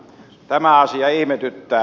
tämä asia ihmetyttää